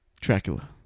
Dracula